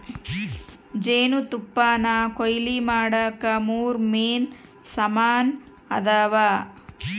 ಜೇನುತುಪ್ಪಾನಕೊಯ್ಲು ಮಾಡಾಕ ಮೂರು ಮೇನ್ ಸಾಮಾನ್ ಅದಾವ